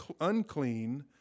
unclean